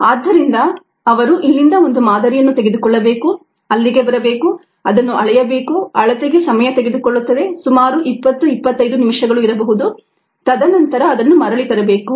ಆದ್ದರಿಂದ ಅವರು ಇಲ್ಲಿಂದ ಒಂದು ಮಾದರಿಯನ್ನು ತೆಗೆದುಕೊಳ್ಳಬೇಕು ಅಲ್ಲಿಗೆ ಬರಬೇಕು ಅದನ್ನು ಅಳೆಯಬೇಕು ಅಳತೆಗೆ ಸಮಯ ತೆಗೆದುಕೊಳ್ಳುತ್ತದೆ ಸುಮಾರು 20 25 ನಿಮಿಷಗಳು ಇರಬಹುದು ತದನಂತರ ಅದನ್ನು ಮರಳಿ ತರಬೇಕು